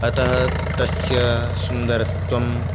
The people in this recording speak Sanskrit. अतः तस्य सुन्दरत्वं